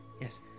Yes